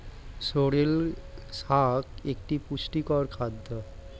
sorrel শাক একটি পুষ্টিকর খাদ্য